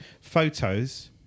photos